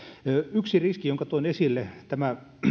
yksi riski jonka toin esille on tämä